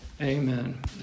Amen